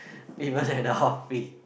even at the off peak